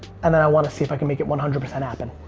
and then i wanna see if i can make it one hundred percent happen.